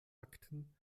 akten